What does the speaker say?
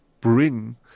bring